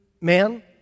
man